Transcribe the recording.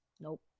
nope